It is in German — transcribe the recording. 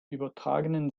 übertragenen